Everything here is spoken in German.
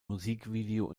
musikvideo